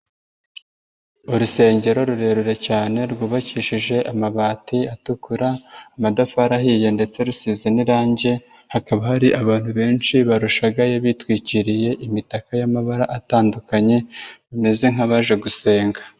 Urusengero rurerure cyane rwubakishije amabati atukura, amatafari ahiye ndetse rusize n'irangi, hakaba hari abantu benshi barushagaye bitwikiriye imitakaka y'amabara atandukanye, bameze nk'abaje gusenga.